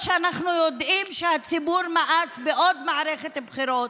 הרב, מערכת הבחירות